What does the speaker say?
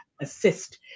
assist